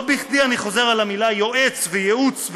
לא בכדי אני חוזר על המילה יועץ וייעוץ,